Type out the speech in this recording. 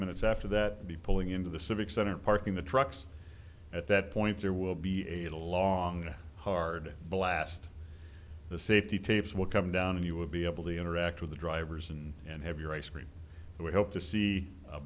minutes after that be pulling into the civic center parking the trucks at that point there will be a long hard blast the safety tapes will come down and you will be able to interact with the drivers and and have your ice cream and we hope to see a